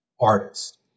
artists